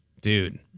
Dude